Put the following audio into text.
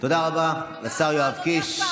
תודה רבה לשר יואב קיש.